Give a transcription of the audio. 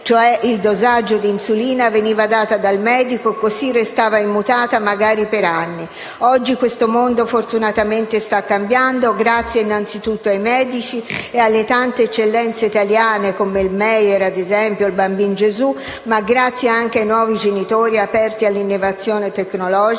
cioè il dosaggio di insulina, veniva data dal medico e restava immutata per anni. Oggi questo mondo fortunatamente sta cambiando grazie innanzitutto ai medici e alle tante eccellenze italiane come il Meyer e il Bambin Gesù, ma grazie anche ai nuovi genitori aperti all'innovazione tecnologica